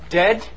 dead